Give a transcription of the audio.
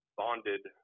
bonded